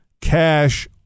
cash